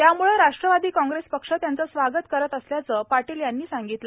त्यामुळे राष्ट्रवादी काँग्रेस पक्ष त्यांचं स्वागत करत असल्याचं पाटील यांनी यावेळी सांगितलं